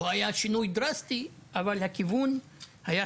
נכון שלא היה שינוי דרסטי אבל זה הלך לכיוון חיובי.